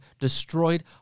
destroyed